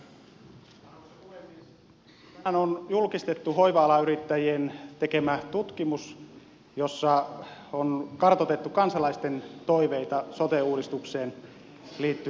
tänään on julkistettu hoiva alayrittäjien tekemä tutkimus jossa on kartoitettu kansalaisten toiveita sote uudistukseen liittyen